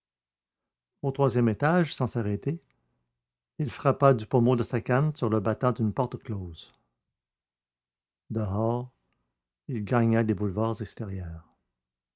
au troisième étage sans s'arrêter il frappa du pommeau de sa canne sur le battant d'une porte close dehors il gagna les boulevards extérieurs